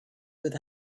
with